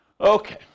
Okay